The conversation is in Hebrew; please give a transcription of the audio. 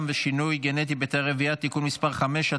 ושינוי גנטי בתאי רבייה) (תיקון מס' 5),